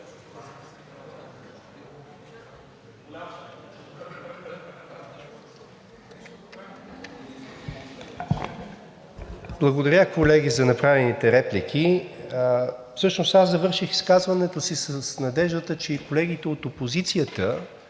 Благодаря, колеги, за направените реплики. Всъщност аз завърших изказването си с надеждата, че и колегите от опозицията,